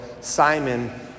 Simon